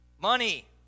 money